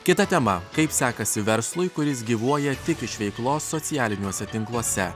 kita tema kaip sekasi verslui kuris gyvuoja tik iš veiklos socialiniuose tinkluose